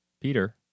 Peter